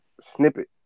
snippet